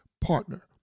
Partner